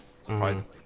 surprisingly